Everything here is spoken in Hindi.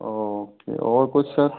ओके और कुछ सर